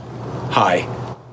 Hi